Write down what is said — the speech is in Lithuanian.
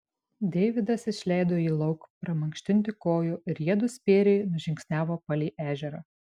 deividas išleido jį lauk pramankštinti kojų ir jiedu spėriai nužingsniavo palei ežerą